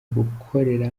gukorera